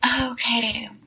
Okay